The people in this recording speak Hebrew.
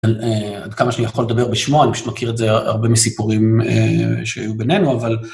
עד כמה שאני יכול לדבר בשמו, אני פשוט מכיר את זה הרבה מסיפורים שהיו בינינו, אבל...